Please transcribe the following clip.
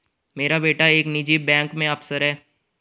मेरा बेटा एक निजी बैंक में अफसर है